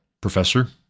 professor